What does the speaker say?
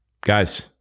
guys